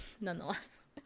nonetheless